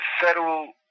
federal